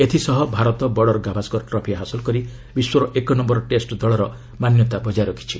ଏଥିସହ Bharat border Gavaskar trophy ହାସଲ କରି ବିଶ୍ୱର ଏକନୟର ଟେଷ୍ଟ ଦଳର ମାନ୍ୟତା ବଜାୟ ରଖିଛି